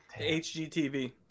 hgtv